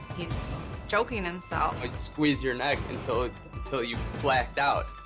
he's choking himself. you'd squeeze your neck until it until you blacked out.